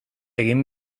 egin